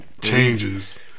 Changes